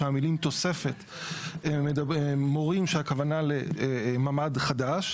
שהמילים תוספת מורים שהכוונה היא על ממ"ד חדש,